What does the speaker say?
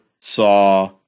saw